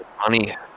money